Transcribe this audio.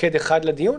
מוקד אחד לדיון.